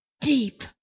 deep